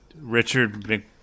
Richard